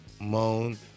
moan